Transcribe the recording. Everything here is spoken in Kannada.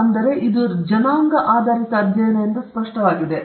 ಆದ್ದರಿಂದ ಅದು ರೇಸ್ ಆಧಾರಿತ ಅಧ್ಯಯನ ಎಂದು ಸ್ಪಷ್ಟವಾಗಿದೆ